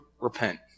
repent